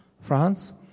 France